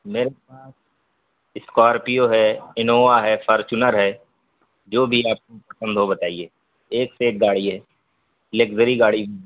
میرے پاس اسکارپیو ہے انووا ہے فارچونر ہے جو بھی آپ کو پسند ہو بتائیے ایک سے ایک گاڑی ہے لگزری گاڑی